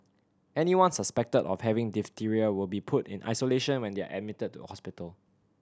anyone suspected of having diphtheria will be put in isolation when they are admitted to hospital